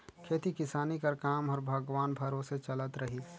खेती किसानी कर काम हर भगवान भरोसे चलत रहिस